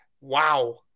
wow